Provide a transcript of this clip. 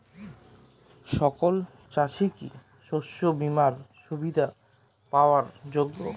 সকল চাষি কি শস্য বিমার সুবিধা পাওয়ার যোগ্য?